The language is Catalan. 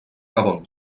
gabon